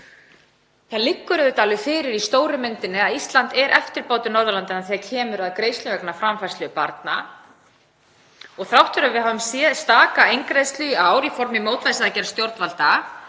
Það liggur auðvitað alveg fyrir í stóru myndinni að Ísland er eftirbátur Norðurlandanna þegar kemur að greiðslum vegna framfærslu barna. Þrátt fyrir að við höfum séð staka eingreiðslu í ár í formi mótvægisaðgerðar stjórnvalda